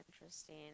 interesting